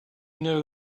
know